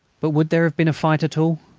but would there have been a fight at all?